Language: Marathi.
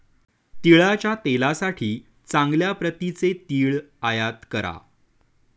तिळाच्या तेलासाठी चांगल्या प्रतीचे तीळ आयात करा